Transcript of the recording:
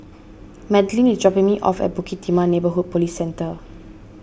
Madlyn is dropping me off at Bukit Timah Neighbourhood Police Centre